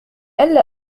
ألّا